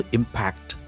impact